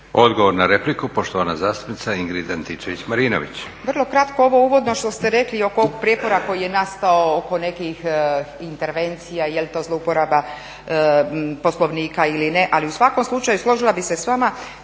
Odgovor na repliku poštovana zastupnica Ingrid Antičević-Marinović. **Antičević Marinović, Ingrid (SDP)** Vrlo kratko, ovo uvodno što ste rekli oko ovog prijepora koji je nastao oko nekih intervencija, je li to zlouporaba Poslovnika ili ne, ali u svakom slučaju složila bih se s vama